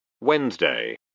Wednesday